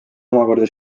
omakorda